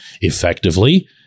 effectively